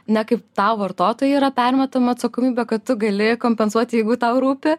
ne kaip tau vartotojui yra permetama atsakomybė kad tu gali kompensuoti jeigu tau rūpi